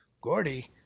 Gordy